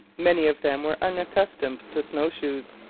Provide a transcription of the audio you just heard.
many of them were unaccustomed to snowshoes.